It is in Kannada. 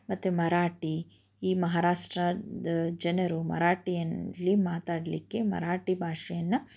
ಮತ್ತೆ ಮರಾಠಿ ಈ ಮಹಾರಾಷ್ಟ್ರದ ಜನರು ಮರಾಠಿಯಲ್ಲಿ ಮಾತಾಡಲಿಕ್ಕೆ ಮರಾಠಿ ಭಾಷೆಯನ್ನು